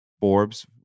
Forbes